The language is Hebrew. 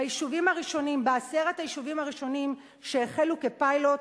בעשרת היישובים הראשונים שהחלו כפיילוט,